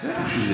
בטח שזה